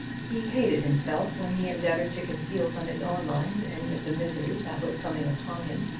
he hated himself when he endeavoured to conceal from his own mind any of the misery that was coming upon him.